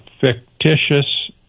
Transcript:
fictitious